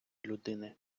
людини